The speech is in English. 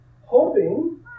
hoping